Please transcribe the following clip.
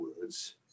words